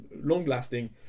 long-lasting